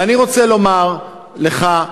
ואני רוצה לומר לך,